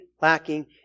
lacking